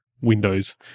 Windows